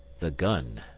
the gun.